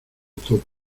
topo